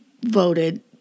voted